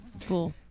Cool